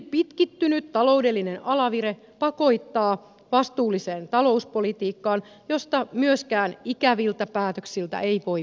pitkittynyt taloudellinen alavire pakottaa vastuulliseen talouspolitiikkaan jossa myöskään ikäviltä päätöksiltä ei voi välttyä